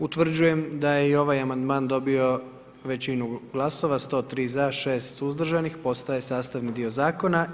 Utvrđujem da je i ovaj amandman dobio većinu glasova 103 za, 6 suzdržanih, postaje sastavni dio zakona.